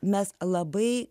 mes labai